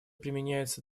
применяется